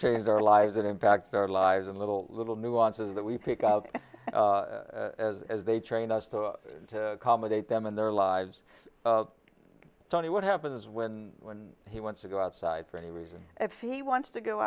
changed our lives that impact our lives and little little nuances that we pick out as as they train us to accommodate them in their lives tony what happens when when he wants to go outside for any reason if he wants to go